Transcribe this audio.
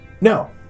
No